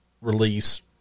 release